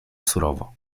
surowo